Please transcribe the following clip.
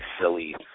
silly